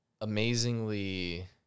amazingly